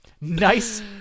nice